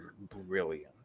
brilliant